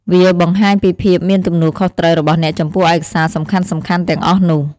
វាបង្ហាញពីភាពមានទំនួលខុសត្រូវរបស់អ្នកចំពោះឯកសារសំខាន់ៗទាំងអស់នោះ។